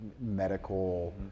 medical